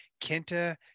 Kenta